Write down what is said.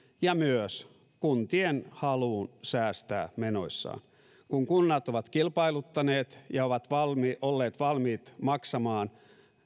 ja myös kuntien haluun säästää menoissaan kun kunnat ovat kilpailuttaneet ja ovat olleet valmiit maksamaan